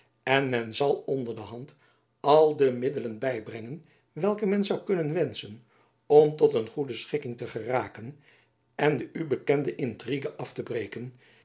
en men zal onder de hand al de middelen bybrengen welke men zoû kunnen wenschen om tot een goede schikking te geraken en de u bekende intrigue af te breken